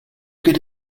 get